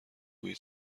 بوی